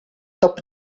top